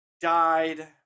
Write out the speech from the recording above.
died